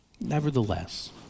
Nevertheless